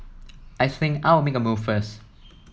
I think I'll make a move first